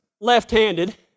left-handed